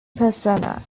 persona